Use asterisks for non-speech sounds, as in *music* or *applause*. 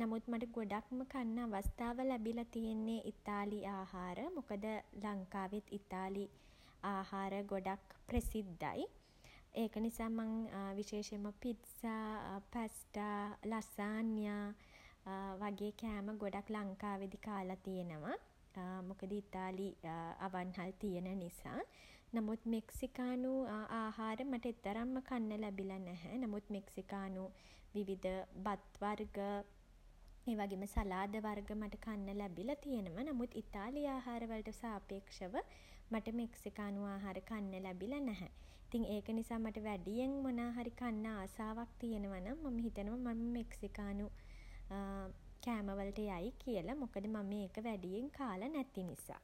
නමුත් මට ගොඩක්ම කන්න අවස්ථාව ලැබිල තියෙන්නේ ඉතාලි ආහාර. මොකද *hesitation* ලංකාවෙත් ඉතාලි *hesitation* ආහාර ගොඩක් ප්‍රසිද්ධයි. ඒක නිසා මං විශේෂයෙන්ම පිට්සා, පැස්ටා, ලසාන්යා.. වගේ කෑම ගොඩක් ලංකාවේදි කාලා තියෙනව. *hesitation* මොකද ඉතාලි *hesitation* අවන්හල් තියෙන නිසා. නමුත් මෙක්සිකානු *hesitation* ආහාර මට එතරම්ම කන්න ලැබිලා නැහැ. නමුත් මෙක්සිකානු *hesitation* විවිධ *hesitation* බත් වර්ග, *hesitation* ඒ වගේම සලාද වර්ග මට කන්න ලැබිල තියෙනව. නමුත් ඉතාලි ආහාර වලට සාපේක්ෂව මට මෙක්සිකානු ආහාර කන්න ලැබිලා නැහැ. ඉතින් ඒක නිසා මට වැඩියෙන් මොනා හරි කන්න ආසාවක් තියෙනවා නම් මම හිතනව මං මෙක්සිකානු *hesitation* කෑම වලට යයි කියලා. මොකද මම ඒක වැඩියෙන් කාලා නැති නිසා.